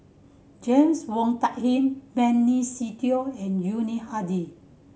James Wong Tuck Yim Benny Se Teo and Yuni Hadi